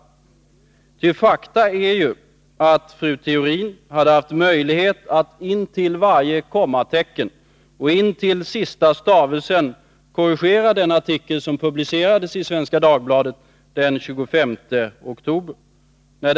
22 november 1982 Ty fakta är att fru Theorin hade haft möjlighet att in till varje kommatecken och in till sista stavelsen korrigera den artikel som publice Om Sveriges agerades i Svenska Dagbladet den 25 oktober.